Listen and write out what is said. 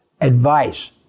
Advice